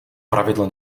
pravidlo